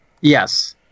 Yes